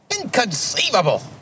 Inconceivable